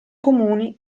comuni